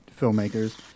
filmmakers